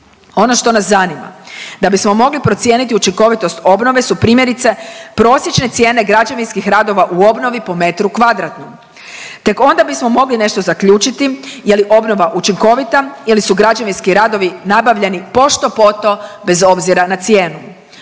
Ono što nas zanima da bismo mogli procijeniti učinkovitost obnove su primjerice prosječne cijene građevinskih radova u obnovi po metru kvadratnom. Tek onda bismo mogli nešto zaključiti je li obnova učinkovita ili su građevinski radovi nabavljeni pošto poto bez obzira na cijenu.